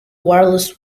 wireless